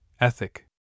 ethic